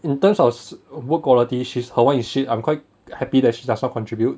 in terms of work quality she's her [one] is shit I'm quite happy that she does not contribute